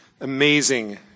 amazing